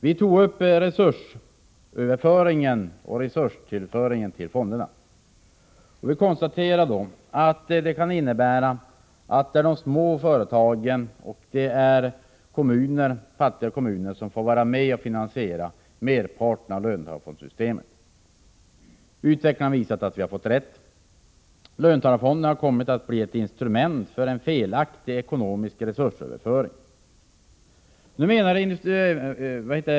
Vi tog upp resursöverföringen och resurstillföringen till fonderna, och vi konstaterade att det kunde innebära att det blir de små företagen och fattiga kommuner som får finansiera merparten av löntagarfondssystemet. Utvecklingen har visat att vi har fått rätt. Löntagarfonderna har kommit att bli ett instrument för en felaktig ekonomisk resursöverföring.